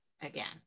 again